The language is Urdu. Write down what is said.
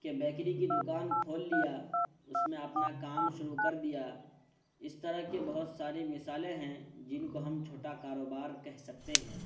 کہ بیکری کی دوکان کھول لیا اس میں اپنا کام شروع کر دیا اس طرح کے بہت ساری مثالیں ہیں جن کو ہم چھوٹا کاروبار کہہ سکتے ہیں